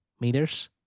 Meters